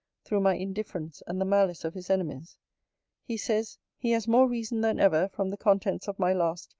through my indifference, and the malice of his enemies he says, he has more reason than ever, from the contents of my last,